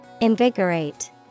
Invigorate